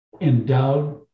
endowed